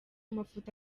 mafoto